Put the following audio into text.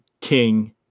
king